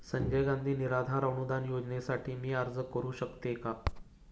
संजय गांधी निराधार अनुदान योजनेसाठी मी अर्ज करू शकते का?